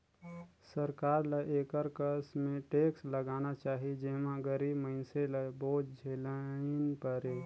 सरकार ल एकर कस में टेक्स लगाना चाही जेम्हां गरीब मइनसे ल बोझ झेइन परे